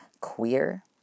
queer